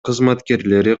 кызматкерлери